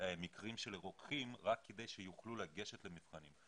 מקרים של רוקחים רק כדי שיוכלו לגשת למבחנים.